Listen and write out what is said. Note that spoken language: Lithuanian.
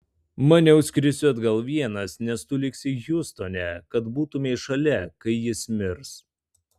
maniau skrisiu atgal vienas nes tu liksi hjustone kad būtumei šalia kai jis mirs